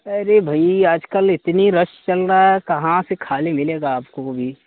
ارے بھئی آج کل اتنی رش چل رہا ہے کہاں سے خالی ملے گا آپ کو وہ بھی